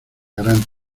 gran